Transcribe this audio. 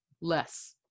Less